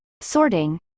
sorting